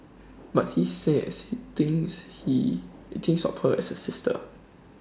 but he say as he thinks he thinks of her as A sister